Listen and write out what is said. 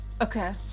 Okay